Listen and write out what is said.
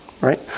right